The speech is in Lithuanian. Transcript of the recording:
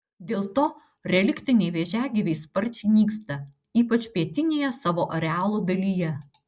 dėl to reliktiniai vėžiagyviai sparčiai nyksta ypač pietinėje savo arealo dalyje